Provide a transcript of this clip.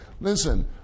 Listen